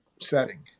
setting